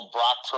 Brock